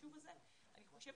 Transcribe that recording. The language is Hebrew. והחשוב הזה, אני חושבת